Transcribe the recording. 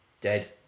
dead